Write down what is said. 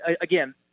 again